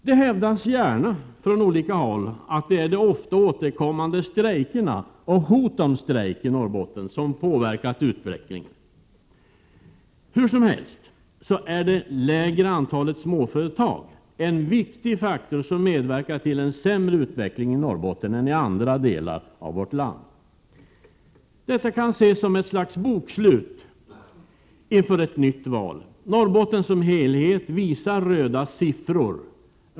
Det hävdas gärna att det är de ofta återkommande strejkerna och hoten om strejk i Norrbotten som påverkat utvecklingen. Hur som helst är det lägre antalet småföretag en viktig faktor som medverkar till en sämre utveckling i Norrbotten än i andra delar av vårt land. Detta kan ses som ett slags bokslut inför ett nytt val. Norrbotten som helhet visar röda siffror.